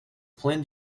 plan